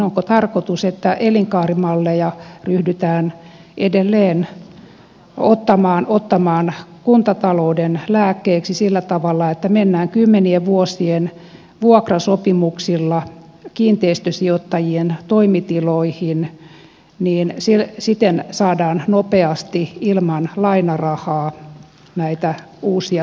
onko tarkoitus että elinkaarimalleja ryhdytään edelleen ottamaan kuntatalouden lääkkeeksi sillä tavalla että mennään kymmenien vuosien vuokrasopimuksilla kiinteistösijoittajien toimitiloihin niin siten saadaan nopeasti ilman lainarahaa näitä uusia toimitiloja